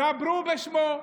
דברו בשמו.